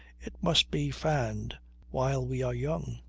it must be fanned while we are young.